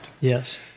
Yes